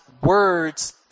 words